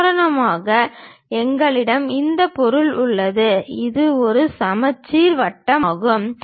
உதாரணமாக எங்களிடம் இந்த பொருள் உள்ளது இது ஒரு வட்ட சமச்சீர் ஆகும்